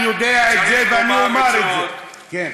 אני יודע את זה ואני אומר את זה, כן.